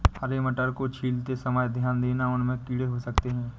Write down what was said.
हरे मटरों को छीलते समय ध्यान देना, इनमें कीड़े हो सकते हैं